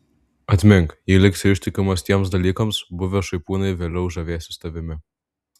atmink jei liksi ištikimas tiems dalykams buvę šaipūnai vėliau žavėsis tavimi